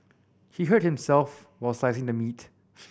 he hurt himself while slicing the meat